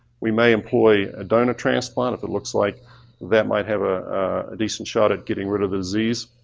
we may employ a donor transplant if it looks like that might have ah a decent shot at getting rid of the disease.